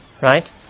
right